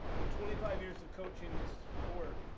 in twenty five years of coaching this sport,